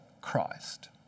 Christ